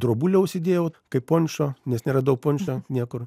drobulę užsidėjau kaip počą nes neradau pončo niekur